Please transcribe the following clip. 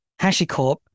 HashiCorp